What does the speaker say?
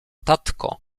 tatko